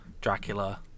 Dracula